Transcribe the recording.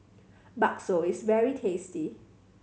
bakso is very tasty